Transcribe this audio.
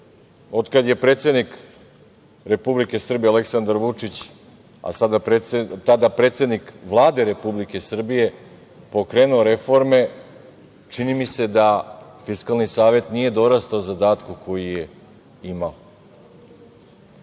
kada je predsednik Republike Srbije Aleksandar Vučić, a tada predsednik Vlade Republike Srbije, pokrenuo reforme, čini mi se da, Fiskalni savet nije dorastao zadatku koji je imao.